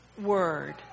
word